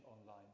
online